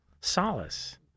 solace